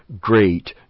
great